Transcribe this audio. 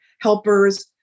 helpers